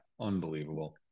Unbelievable